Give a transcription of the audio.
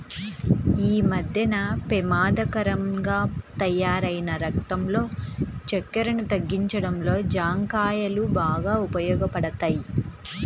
యీ మద్దెన పెమాదకరంగా తయ్యారైన రక్తంలో చక్కెరను తగ్గించడంలో జాంకాయలు బాగా ఉపయోగపడతయ్